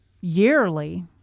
yearly